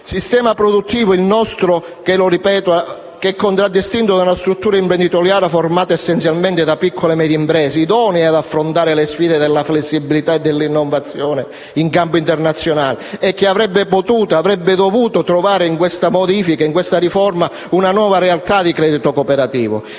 il nostro, contraddistinto da una struttura imprenditoriale formata essenzialmente da piccole e medie imprese, idonee per affrontare le sfide della flessibilità e dell'innovazione in campo internazionale, che avrebbe potuto e avrebbe dovuto trovare in questa riforma una nuova realtà di credito cooperativo.